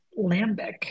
Lambic